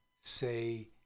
say